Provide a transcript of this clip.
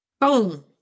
Boom